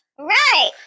Right